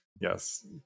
Yes